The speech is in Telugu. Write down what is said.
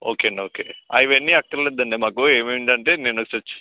ఓకే అండి ఓకే అవన్నీ అక్కర్లేదండి మాకు ఏమేమి అంటే నేను ఒకసారి చె